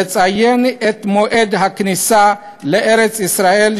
לציין את מועד הכניסה לארץ-ישראל,